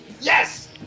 Yes